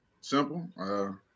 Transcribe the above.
simple